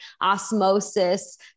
osmosis